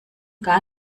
gar